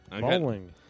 Bowling